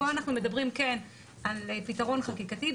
פה אנחנו מדברים כן על פיתרון חקיקתי.